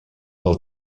del